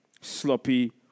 Sloppy